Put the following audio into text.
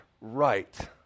right